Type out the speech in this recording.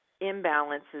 imbalances